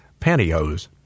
pantyhose